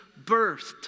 birthed